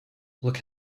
look